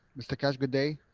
mr keshe, good day.